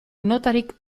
notarik